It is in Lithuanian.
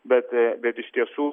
bet bet iš tiesų